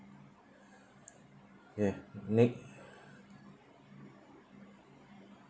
ya make